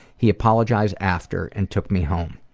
he apologized after and took me home.